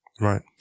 Right